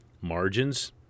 margins